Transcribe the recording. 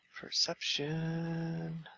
Perception